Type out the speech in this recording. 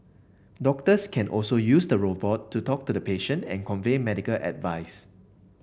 doctors can also use the robot to talk to the patient and convey medical advice